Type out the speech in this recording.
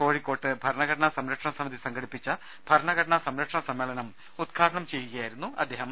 കോഴിക്കോട് ഭരണഘടനാ സംരക്ഷണ സമിതി സംഘടിപ്പിച്ച ഭരണഘടനാ സംരക്ഷണ സമ്മേളനം ഉദ്ഘാടനം ചെയ്യുകയായിരുന്നു അദ്ദേഹം